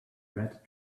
red